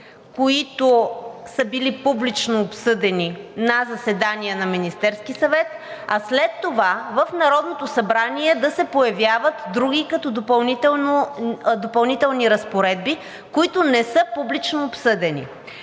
които са били публично обсъдени на заседание на Министерския съвет, а след това в Народното събрание да се появяват други, като допълнителни разпоредби, които не са публично обсъдени.